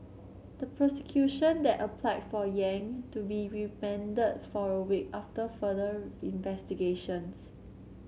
the prosecution that applied for Yang to be remanded for a week after further investigations